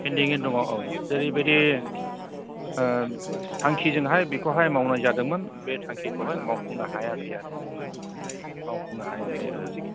पेन्दिंयैनो दङ औ जेरैबायदि थांखिजोंहाय बेखौहाय मावनाय जादोंमोन बे थांखिखौहाय मावफुंनो हायाखै आरो बेनो मावफुंनो हायाखै ओहो